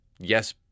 yes